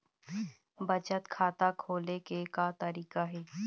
बचत खाता खोले के का तरीका हे?